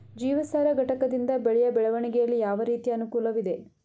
ಜೀವಸಾರ ಘಟಕದಿಂದ ಬೆಳೆಯ ಬೆಳವಣಿಗೆಯಲ್ಲಿ ಯಾವ ರೀತಿಯ ಅನುಕೂಲವಿದೆ?